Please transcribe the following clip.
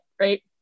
Right